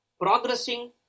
progressing